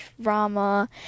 drama